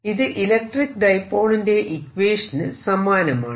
ഇത് ഇലക്ട്രിക്ക് ഡൈപോളിന്റെ ഇക്വേഷനു സമാനമാണ്